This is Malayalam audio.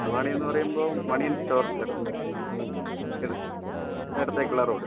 സർവാണിന്ന് പറയുമ്പോൾ മണിയൻ സ്റ്റോറിൻ്റെ അവടന്ന് ഇടത്തേക്കുള്ള റോഡ്